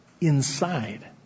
inside